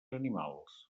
animals